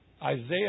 Isaiah